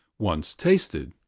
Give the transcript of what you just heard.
once tasted,